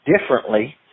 differently